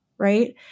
right